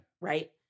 Right